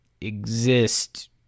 exist